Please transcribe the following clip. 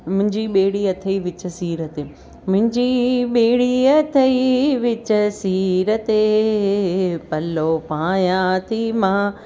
मुंहिंजी ॿेड़ी अथई विचु सीर ते